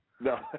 No